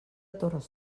torres